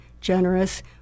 generous